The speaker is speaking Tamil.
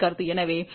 எனவே ZL 0